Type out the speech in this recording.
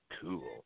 cool